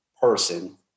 person